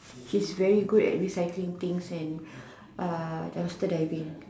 she is very good at recycling thing and dumpster diving